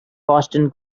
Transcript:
boston